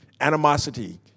Animosity